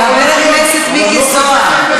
ספק אחד,